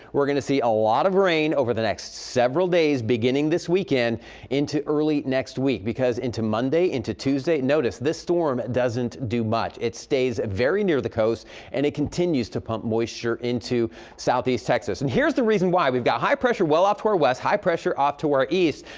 we're going to see a lot of rain over the next several days beginning this weekend into early next week because into monday, into tuesday, notice this storm doesn't do much. it stays very near the coast and it continues to pu moisture into southeast texas. and here is the reason why. we've got high pressure well off to our west. high pressure to the east.